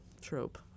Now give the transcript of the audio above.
trope